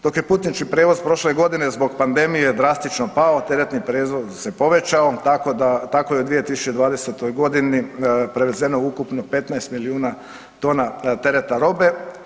Dok je putnički prijevoz prošle godine zbog pandemije drastično pao, teretni prijevoz se povećao, tako da je u 2020. g. prevezeno ukupno 15 milijuna tona tereta robe.